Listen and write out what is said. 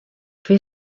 fer